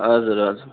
हजुर हजुर